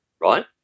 right